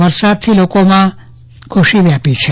વરસાદથી લોકોમાં ખુશી વ્યાપી છે